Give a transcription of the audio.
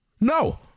No